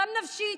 גם נפשית,